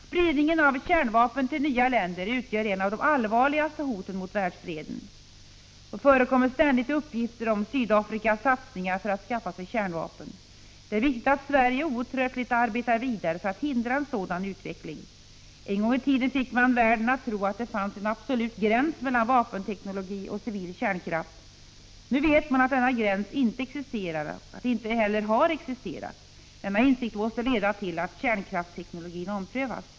Spridningen av kärnvapen till nya länder utgör ett av de allvarligaste hoten mot världsfreden. Det förekommer ständigt uppgifter om Sydafrikas satsningar för att skaffa sig kärnvapen. Det är viktigt att Sverige outtröttligt arbetar vidare för att hindra en sådan utveckling. En gång i tiden fick man världen att tro att det fanns en absolut gräns mellan vapenteknologi och civil kärnkraft. Nu vet vi att denna gräns inte existerar och inte heller har existerat. Denna insikt måste leda till att kärnkraftsteknologin omprövas.